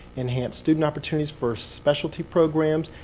enhance student opportunities for specialty programs.